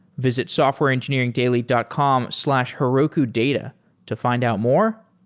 visit softwareengineeringdaily dot com slash herokudata to find out more,